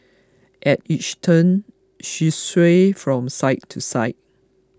at each turn she swayed from side to side